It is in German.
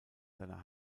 seiner